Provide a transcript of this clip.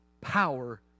power